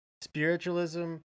spiritualism